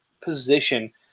position